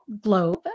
globe